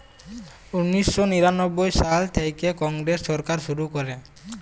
উনিশ শ নিরানব্বই সাল থ্যাইকে কংগ্রেস সরকার শুরু ক্যরে